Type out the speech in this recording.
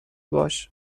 باش